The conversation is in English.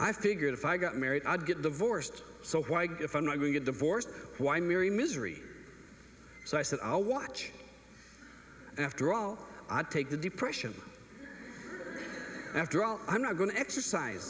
i figured if i got married i'd get divorced so why if i'm not going get divorced why marry misery so i said i'll watch after all i take the depression after all i'm not going to exercise